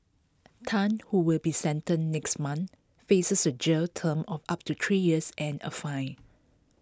Tan who will be sentenced next month faces A jail term of up to three years and A fine